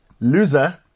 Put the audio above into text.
loser